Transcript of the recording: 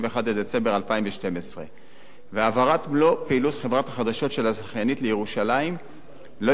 בדצמבר 2012 והעברת מלוא פעילות חברת החדשות של הזכיינית לירושלים לא